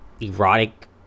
Erotic